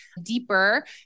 deeper